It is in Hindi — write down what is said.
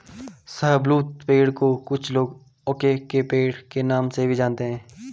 शाहबलूत पेड़ को कुछ लोग ओक के पेड़ के नाम से भी जानते है